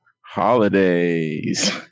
Holidays